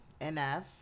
NF